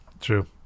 True